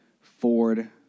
Ford